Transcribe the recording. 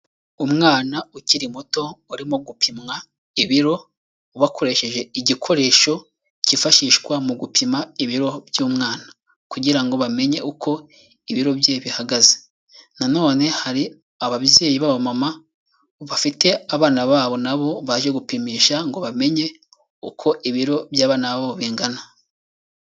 Umwana ukiri muto urimo gupimwa ibiro bakoresheje igikoresho cyifashishwa mu gupima ibiro by'umwana kugira ngo bamenye uko ibiro bye bihagaze. Na none hari ababyeyi b'abamama bafite abana babo na bo, baje gupimisha ngo bamenye uko ibiro by'abana babo bingana.